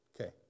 Okay